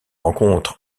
rencontre